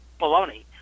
baloney